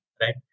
right